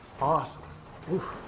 Awesome